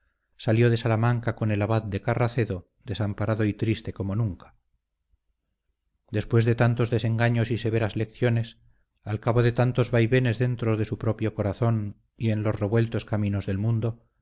salió de salamanca con el abad de carracedo desamparado y triste como nunca después de tantos desengaños y severas lecciones al cabo de tantos vaivenes dentro de su propio corazón y en los revueltos caminos del mundo